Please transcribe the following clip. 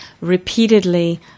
repeatedly